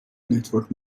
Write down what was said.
نتورک